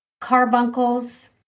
carbuncles